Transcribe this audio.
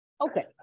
Okay